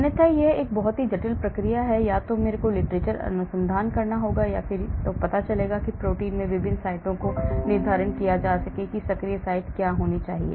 अन्यथा यह एक जटिल प्रक्रिया है या तो मैं literature अनुसंधान करता हूं और यह पता करता हूं कि प्रोटीन में विभिन्न साइटों को निर्धारित किया जा सके कि सक्रिय साइट क्या होनी चाहिए